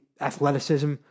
athleticism